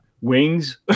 wings